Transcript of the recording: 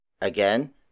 Again